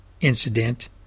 incident